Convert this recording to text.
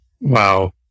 Wow